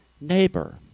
neighbor